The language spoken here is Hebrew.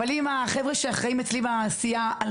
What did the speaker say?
אבל אם החבר'ה שאחראים אצלי בסיעה על